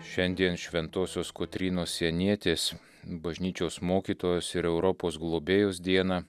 šiandien šv kotrynos sienietės bažnyčios mokytojos ir europos globėjos dieną